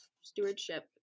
stewardship